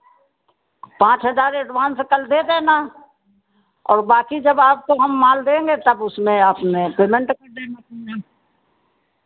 पाँच हज़ार एडवान्स कल दे देना और बाँकी जब आपको हम माल देंगे तब उसमें आप हमें पेमेन्ट कर देना पूरा